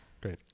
great